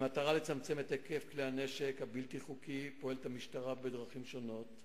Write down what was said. במטרה לצמצם את היקף כלי-הנשק הבלתי חוקיים פועלת המשטרה בדרכים שונות.